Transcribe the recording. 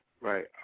Right